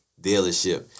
dealership